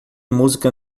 música